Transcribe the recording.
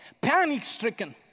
panic-stricken